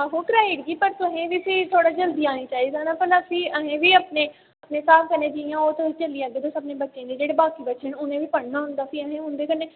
आहो कराई उड़गी पर तुसें ते फ्ही थोह्ड़ा जल्दी आने चाहिदा ना भला फ्ही असें बी अपने अपने स्हाब कन्नै जि'यां ओ तुसी चली जाह्गे तुस अपने बच्चे ते जेह्ड़े बाकी बच्चे न उ'नै बी पढ़ना होंदा फ्ही असें उं'दे कन्नै